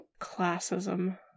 classism